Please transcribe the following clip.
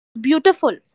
beautiful